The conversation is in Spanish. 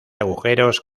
agujeros